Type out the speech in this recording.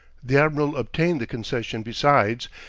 the admiral obtained the concession besides,